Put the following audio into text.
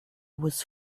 was